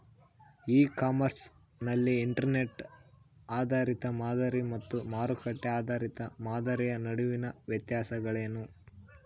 E commerce ನಲ್ಲಿ inventory ಆಧಾರಿತ ಮಾದರಿ ಮತ್ತು ಮಾರುಕಟ್ಟೆ ಆಧಾರಿತ ಮಾದರಿಯ ನಡುವಿನ ವ್ಯತ್ಯಾಸಗಳೇನು?